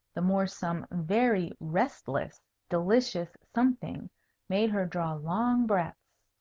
the more some very restless delicious something made her draw long breaths.